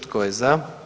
Tko je za?